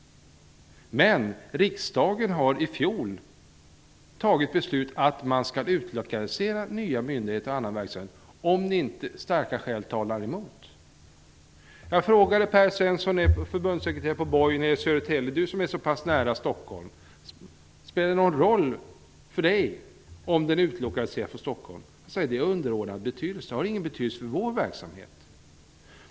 Men riksdagen fattade i fjol beslut om att nya myndigheter och liknande verksamhet skall utlokaliseras om inte starka skäl talar emot. Jag frågade Per Svensson, förbundssekreterare på Stockholm, ansåg att det spelade någon roll om brottsoffermyndigheten utlokaliserades från Stockholm. Han svarade att det var av underordnad betydelse. Det hade ingen betydelse för BOJ:s verksamhet.